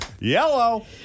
Yellow